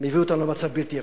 מביא אותנו למצב בלתי אפשרי,